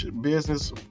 business